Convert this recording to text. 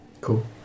Cool